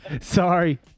Sorry